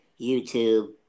YouTube